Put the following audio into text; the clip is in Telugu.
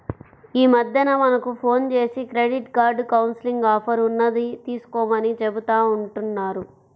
యీ మద్దెన మనకు ఫోన్ జేసి క్రెడిట్ కౌన్సిలింగ్ ఆఫర్ ఉన్నది తీసుకోమని చెబుతా ఉంటన్నారు